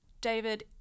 David